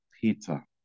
Peter